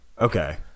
Okay